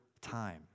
time